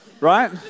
right